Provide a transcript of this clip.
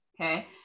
Okay